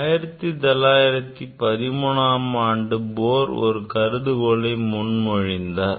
1913 ஆம் ஆண்டு Bohr ஒரு கருதுகோளை முன்மொழிந்தார்